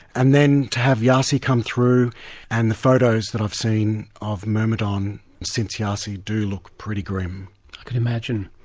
and then to have yasi come through and the photos that i've seen of myrmidon since yasi do look pretty grim. i can imagine.